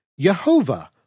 Yehovah